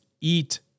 eat